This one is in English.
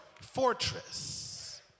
fortress